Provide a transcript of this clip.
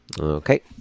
Okay